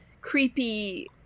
creepy